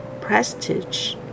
prestige